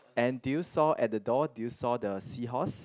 and do you saw at the door do you saw the seahorse